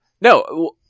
No